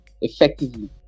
Effectively